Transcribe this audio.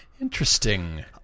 Interesting